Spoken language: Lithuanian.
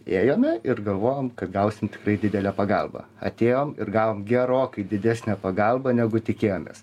ėjome ir galvojom kad gausim tikrai didelę pagalbą atėjom ir gavom gerokai didesnę pagalbą negu tikėjomės